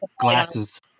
glasses